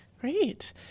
Great